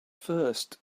first